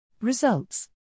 Results